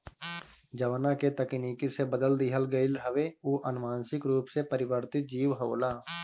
जवना के तकनीकी से बदल दिहल गईल हवे उ अनुवांशिक रूप से परिवर्तित जीव होला